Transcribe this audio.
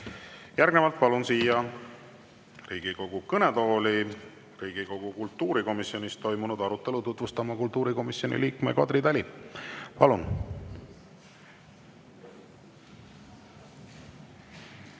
Järgnevalt palun siia Riigikogu kõnetooli Riigikogu kultuurikomisjonis toimunud arutelu tutvustama kultuurikomisjoni liikme Kadri Tali. Palun!